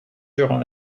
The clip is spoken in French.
durant